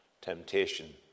temptation